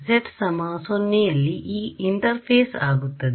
z0 ಯಲ್ಲಿ ಈ interface ಆಗುತ್ತದೆ